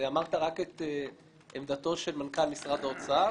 אמרת רק את עמדתו של מנכ"ל האוצר,